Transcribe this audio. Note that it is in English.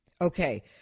okay